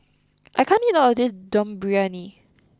I can't eat all of this Dum Briyani